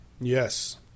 Yes